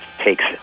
takes